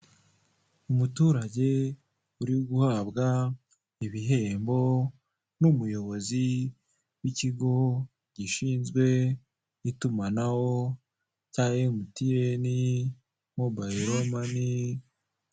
Umuturage uri guhabwa ibihembo n'umuyobozi w'ikigo gishinzwe itumanaho cya emutiyeni mobayiro mani.